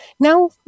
Now